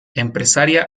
empresaria